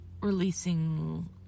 releasing